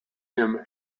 him